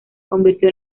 convirtió